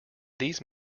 these